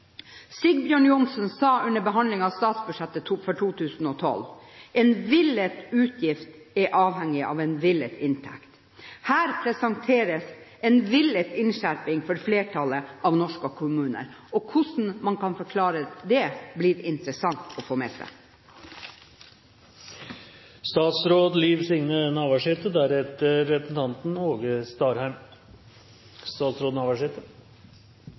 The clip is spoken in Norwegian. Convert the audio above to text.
Sigbjørn Johnsen sa ved framleggelsen av statsbudsjettet for 2012: «En villet utgift er avhengig av en villet inntekt.» Her presenteres en villet innskjerping for flertallet av norske kommuner. Hvordan man kan forklare det, blir interessant å få med seg.